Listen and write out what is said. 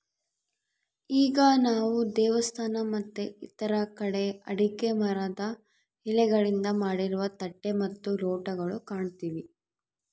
ಈಗ ನಾವು ದೇವಸ್ಥಾನ ಮತ್ತೆ ಇತರ ಕಡೆ ಅಡಿಕೆ ಮರದ ಎಲೆಗಳಿಂದ ಮಾಡಿರುವ ತಟ್ಟೆ ಮತ್ತು ಲೋಟಗಳು ಕಾಣ್ತಿವಿ